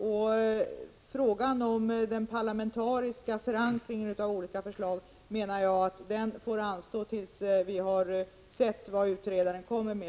Jag menar att frågan om den parlamentariska förankringen av olika förslag får anstå till dess att vi har sett vilka förslag utredaren kommer med.